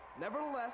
Nevertheless